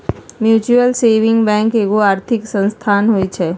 mutual saving bank एगो आर्थिक संस्थान होइ छइ